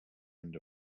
end